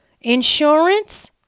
insurance